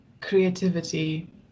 creativity